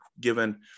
given